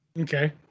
okay